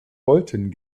wollten